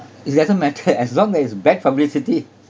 it doesn't matter as long as bad publicity